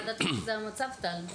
לא ידעתי שזהו המצב, טל.